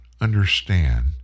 understand